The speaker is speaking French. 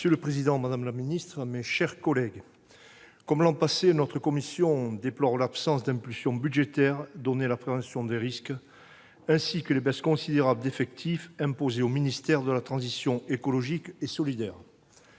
Monsieur le président, madame la ministre, mes chers collègues, comme l'an passé, notre commission déplore l'absence d'effort budgétaire en faveur de la prévention des risques, ainsi que les baisses considérables d'effectifs imposées au ministère de la transition écologique et solidaire.